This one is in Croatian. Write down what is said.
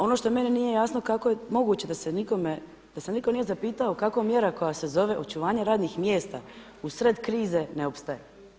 Ono što meni nije jasno kako je moguće da se niko nije zapitao kako mjera koja se zove očuvanje radnih mjesta u sred krize ne opstaje.